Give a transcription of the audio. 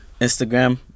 Instagram